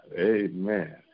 Amen